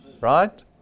Right